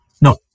No